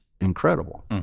incredible